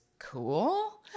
Cool